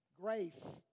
grace